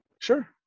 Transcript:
Sure